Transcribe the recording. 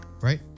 Right